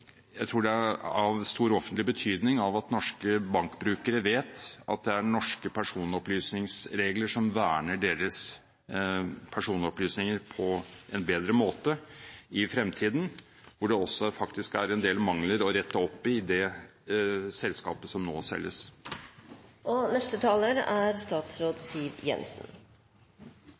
jeg tror det er av stor offentlig betydning at norske bankbrukere vet at det er norske personopplysningsregler som verner deres personopplysninger på en bedre måte i fremtiden, og at det faktisk også er en del mangler å rette opp i det selskapet som nå selges. La meg først si at jeg er